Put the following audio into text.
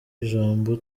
ijambo